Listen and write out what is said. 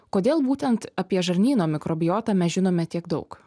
kodėl būtent apie žarnyno mikrobiotą mes žinome tiek daug